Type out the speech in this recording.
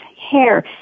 hair